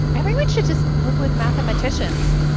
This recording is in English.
everyone should just live with mathematicians.